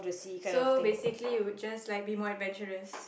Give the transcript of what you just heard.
so basically you would just like be more adventurous